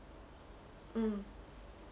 mm